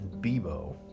Bebo